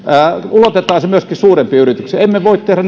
ulotetaan se myöskin suurempiin yrityksiin emmekö voi tehdä